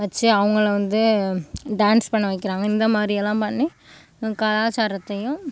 வச்சு அவங்கள வந்து டான்ஸ் பண்ண வைக்கிறாங்க இந்த மாதிரி எல்லாம் பண்ணி கலாச்சரத்தையும்